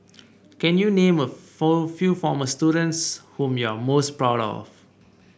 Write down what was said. can you name a few former students whom you are most proud of